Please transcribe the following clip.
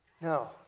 No